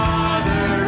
Father